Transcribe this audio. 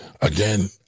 again